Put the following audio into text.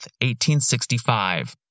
1865